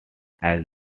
francis